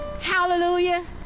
Hallelujah